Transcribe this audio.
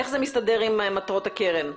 איך זה מסתדר עם מטרות הקרן,